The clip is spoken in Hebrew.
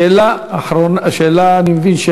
שאלה, אני מבין,